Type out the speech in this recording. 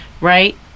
right